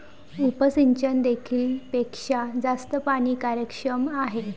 उपसिंचन देखील पेक्षा जास्त पाणी कार्यक्षम आहे